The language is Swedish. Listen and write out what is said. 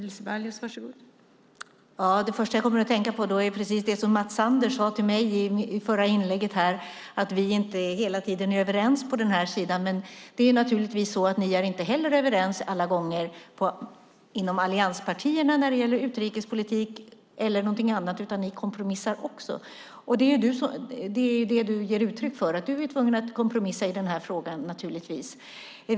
Fru talman! Det första som jag kommer att tänka på är det som Mats Sander sade till mig förut, nämligen att vi inte hela tiden är överens på den här sidan. Men det är naturligtvis så att ni inom allianspartierna inte heller är överens alla gånger när det gäller utrikespolitik eller någonting annat utan också kompromissar. Det är det som du ger uttryck för, Karin Granbom Ellison, att du naturligtvis är tvungen att kompromissa i den här frågan.